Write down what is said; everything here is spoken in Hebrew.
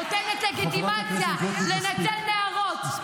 נותנת לגיטימציה לנצל נערות,